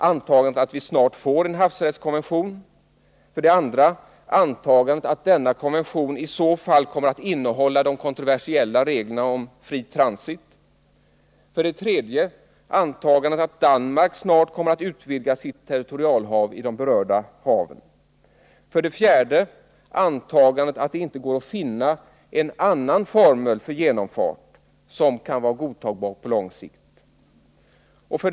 Antagandet att vi snart får en havsrättskonvention. 2. Antagandet att denna konvention i så fall kommer att innehålla de kontroversiella reglerna om fri transit. 3. Antagandet att Danmark snart kommer att utvidga sitt territorialvatten i de berörda haven. 4. Antagandet att det inte går att finna en annan formel för genomfart som kan vara godtagbar på lång sikt. 5.